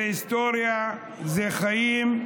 זה היסטוריה, זה חיים,